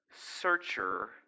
searcher